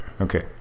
okay